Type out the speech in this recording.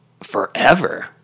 forever